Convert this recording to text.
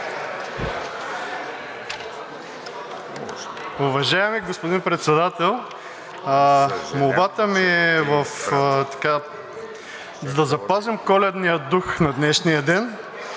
Уважаеми господин Председател, молбата ми е да запазим коледния дух на днешния ден